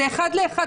זה אחד לאחד.